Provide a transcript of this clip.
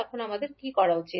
এখন আমাদের কী করা উচিত